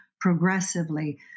progressively